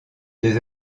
des